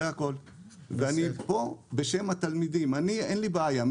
זה הכול ואני פה בשם התלמידים, אני אין לי בעיה.